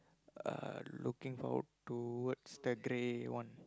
uh looking forward towards the grey one